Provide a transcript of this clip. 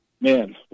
man